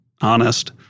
honest